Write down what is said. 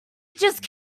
just